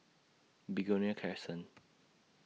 Begonia Crescent